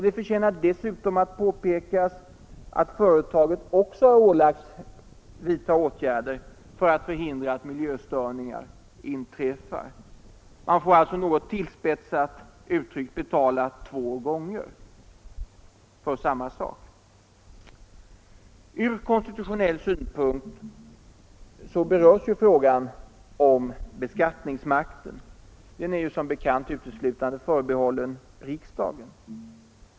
Det förtjänar dessutom på 135 Oljeutvinningsplattformar pekas att företaget också ålagts att vidta åtgärder för att förhindra att miljöstörningar inträffar. Man får alltså, något tillspetsat uttryckt, betala två gånger för samma sak. Från konstitutionell synpunkt berörs frågan om beskattningsmakten. Den är ju som bekant uteslutande förbehållen riksdagen.